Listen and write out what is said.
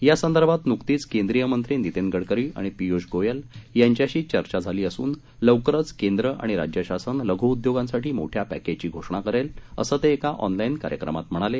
या संदर्भात नुकतीच केंद्रीय मंत्री नितीन गडकरीआणि पीयुष गोयल यांच्याशी चर्चा झाली असून लवकरच केंद्र आणि राज्य शासन लघु उद्योगांसाठी मोठ्या पॅकजची घोषणा करेल असं ते एका ऑनलाईन कार्यक्रमात म्हणाले